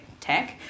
tech